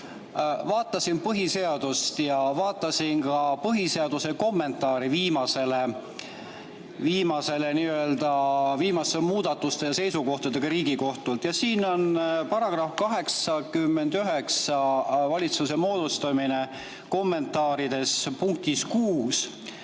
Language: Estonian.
Vaatasin põhiseadust ja vaatasin ka põhiseaduse kommentaari viimaste muudatuste ja seisukohtadega Riigikohtult. Ja siin on § 89, valitsuse moodustamine, kommentaarides punktis 6